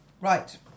Right